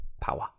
power